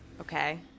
okay